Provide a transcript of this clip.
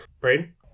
Braden